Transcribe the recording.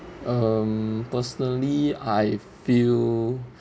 um personally I feel